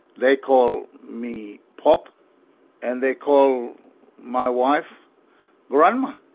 they call me pop and they call my wife grandma.